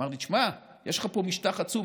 הוא אמר לי: תשמע, יש לך פה משטח עצום.